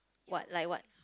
what like what